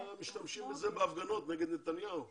משתמשים בזה בהפגנות נגד נתניהו.